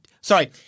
Sorry